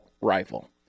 rifle